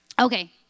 Okay